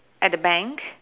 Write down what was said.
at the bank